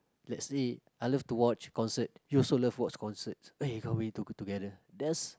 let's say I love to watch concert you also love watch concerts eh can't wait to go together that's